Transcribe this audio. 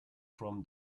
from